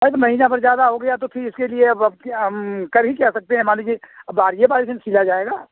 अरे तो महीना भर ज्यादा हो गया तो फिर इसके लिए अब अब के हम कर ही क्या सकते हैं मान लीजिए बारी बारी से ना सिला जाएगा